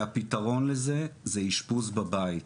והפיתרון לזה זה אשפוז בבית.